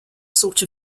sort